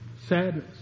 sadness